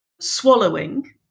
swallowing